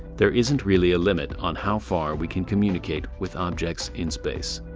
there isn't really a limit on how far we can communicate with objects in space.